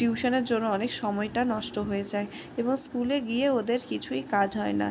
টিউশনের জন্য অনেক সময়টা নষ্ট হয়ে যায় এবং স্কুলে গিয়ে ওদের কিছুই কাজ হয় না